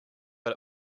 but